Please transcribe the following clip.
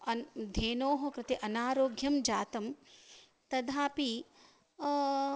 अन् धेनोः कृते अनारोघ्यं जातं तदापि